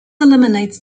eliminates